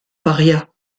paria